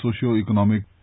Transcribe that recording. socio-economic